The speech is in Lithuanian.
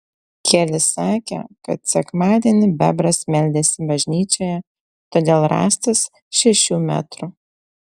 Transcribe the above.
keli sakė kad sekmadienį bebras meldėsi bažnyčioje todėl rąstas šešių metrų